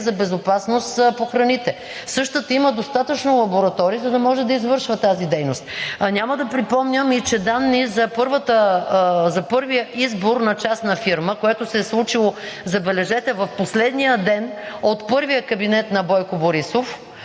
за безопасност на храните. Същата има достатъчно лаборатории, за да може да извършва тази дейност. Няма да припомням, че данни за първия избор на частна фирма, което се е случило, забележете, в последния ден от първия кабинет на Бойко Борисов,